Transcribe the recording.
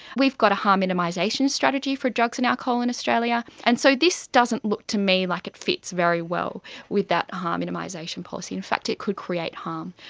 we've got a harm minimisation strategy for drugs and alcohol in australia, and so this doesn't look to me like it fits very well with that harm minimisation policy, in fact it could create harm.